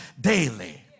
daily